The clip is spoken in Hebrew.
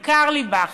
קרליבך,